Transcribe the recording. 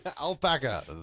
Alpaca